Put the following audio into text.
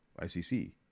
ICC